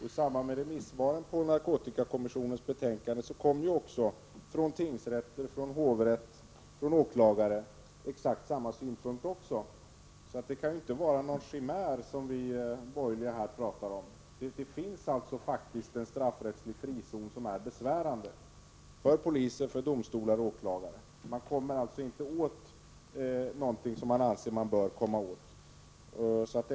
I samband med remissvaren på narkotikakommissionens betänkande kom också från tingsrätter, hovrätter och åklagare exakt samma synpunkt. Det kan således inte vara någon chimär som vi borgerliga talar om. Det finns faktiskt en straffrättslig frizon, som är besvärande — för poliser, för domstolar och för åklagare. Man kommer alltså inte åt det som man anser sig böra komma åt.